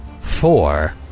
Four